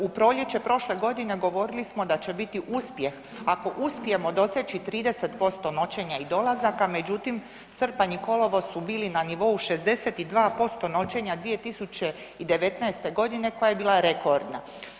U proljeće prošle godine govorili smo da će biti uspjeh ako uspijemo doseći 30% noćenja i dolazaka, međutim srpanj i kolovoz su bili na nivou 62% noćenja 2019.g. koja je bila rekordna.